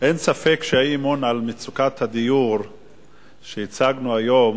אין ספק שהאי-אמון על מצוקת הדיור שהצגנו היום